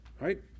Right